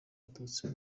abatutsi